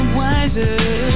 wiser